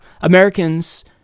Americans